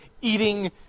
eating